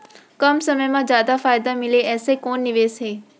कम समय मा जादा फायदा मिलए ऐसे कोन निवेश हे?